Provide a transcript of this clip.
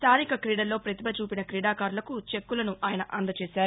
స్టానిక క్రీడల్లో పతిభ చూపిన క్రీడాకారులకు చెక్కులను ఆయన అందజేశారు